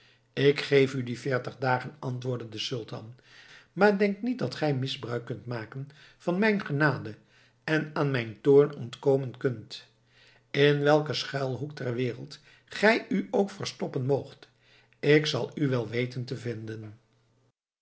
ik geef u die veertig dagen antwoordde de sultan maar denk niet dat gij misbruik kunt maken van mijn genade en aan mijn toorn ontkomen kunt in welken schuilhoek ter wereld gij u ook verstoppen moogt ik zal u wel weten te vinden